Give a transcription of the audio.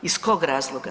Iz kog razloga?